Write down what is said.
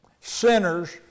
sinners